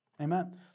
Amen